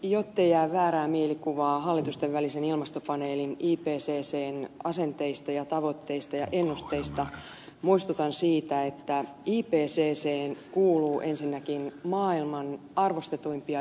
jottei jää väärää mielikuvaa hallitustenvälisen ilmastopaneelin ipccn asenteista ja tavoitteista ja ennusteista muistutan siitä että ipcchen kuuluu ensinnäkin maailman arvostetuimpia ilmastotutkijoita